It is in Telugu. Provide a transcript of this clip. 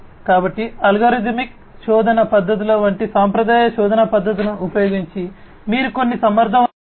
కాబట్టి అల్గోరిథమిక్ శోధన పద్ధతుల వంటి సాంప్రదాయ పరిష్కారాన్ని తీసుకురాలేరు